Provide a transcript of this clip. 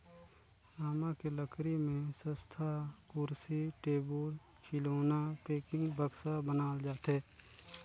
आमा के लकरी में सस्तहा कुरसी, टेबुल, खिलउना, पेकिंग, बक्सा बनाल जाथे